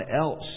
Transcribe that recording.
else